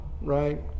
right